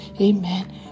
Amen